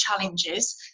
challenges